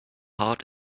heart